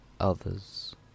Others